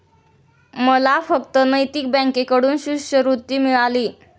मला फक्त नैतिक बँकेकडून शिष्यवृत्ती मिळाली